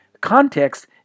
context